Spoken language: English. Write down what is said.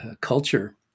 culture